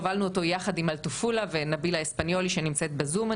הובלנו אותו יחד עם אלטופולה ונבילה אספניולי שנמצאת בזום,